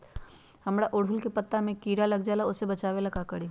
हमरा ओरहुल के पत्ता में किरा लग जाला वो से बचाबे ला का करी?